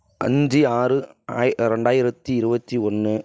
அஞ்சு ஆறு ஆய் ரெண்டாயிரத்து இருபத்தி ஒன்று